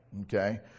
okay